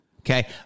okay